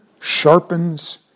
sharpens